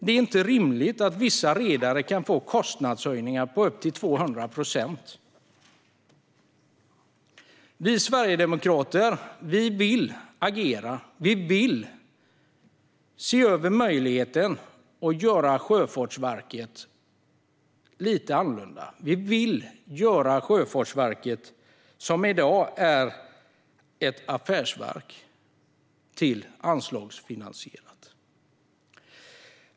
Det är inte rimligt att vissa redare kan få kostnadshöjningar med upp till 200 procent. Vi sverigedemokrater vill agera och se över möjligheten att göra Sjöfartsverket lite annorlunda. Vi vill göra Sjöfartsverket, som i dag är ett affärsverk, anslagsfinansierat.